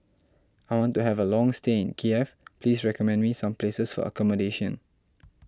I want to have a long stay in Kiev please recommend me some places for accommodation